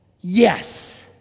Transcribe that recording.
Yes